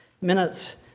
minutes